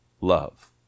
Love